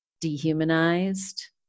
dehumanized